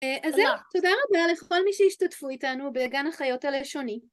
אז זהו, תודה רבה לכל מי שהשתתפו איתנו בגן החיות הלשוני.